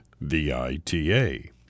V-I-T-A